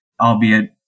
albeit